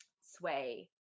sway